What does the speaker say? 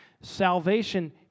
Salvation